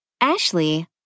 Ashley